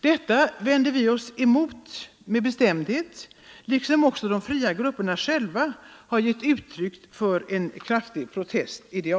Detta vänder vi oss givetvis bestämt emot, liksom de fria grupperna själva också har uttryckt sin kraftiga protest.